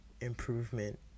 improvement